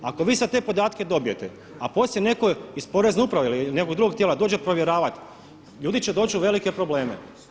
Ako vi sad te podatke dobijete, a poslije netko iz Porezne uprave ili nekog drugog tijela dođe provjeravati ljudi će doći u velike probleme.